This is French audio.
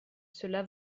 cela